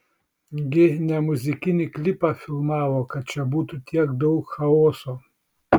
gi ne muzikinį klipą filmavo kad čia būtų tiek daug chaoso